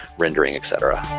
rendering etc